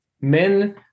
men